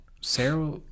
sarah